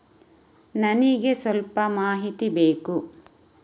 ನನಿಗೆ ಸ್ವಲ್ಪ ಮಾಹಿತಿ ಬೇಕು